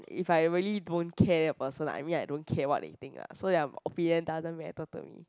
if I really don't care a person lah I mean like don't care what they think lah so their opinion doesn't matter to me